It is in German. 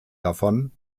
davon